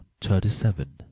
thirty-seven